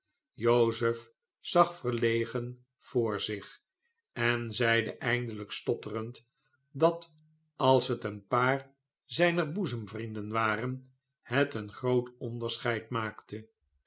jozef zag verlegen voor zich en zeide eindelijk stotterend dat als het een paar zijner boezemvrienden waren het een groot onderscheid maakte